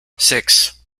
six